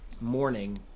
morning